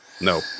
No